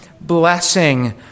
blessing